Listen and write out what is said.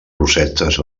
rosetes